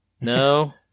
No